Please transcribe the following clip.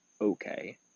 okay